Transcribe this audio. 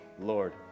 Lord